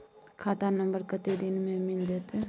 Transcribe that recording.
खाता नंबर कत्ते दिन मे मिल जेतै?